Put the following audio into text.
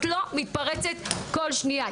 את לא מתפרצת כל שניה.